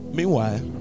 Meanwhile